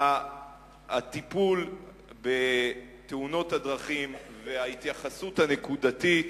הטיפול בתאונות הדרכים וההתייחסות הנקודתית.